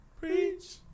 preach